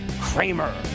Kramer